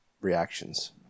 reactions